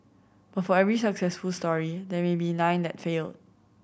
but for every successful story there may be nine that failed